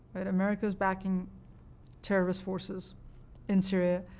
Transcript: and america is backing terrorist forces in syria,